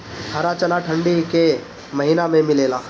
हरा चना ठंडा के महिना में मिलेला